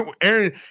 Aaron